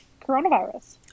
coronavirus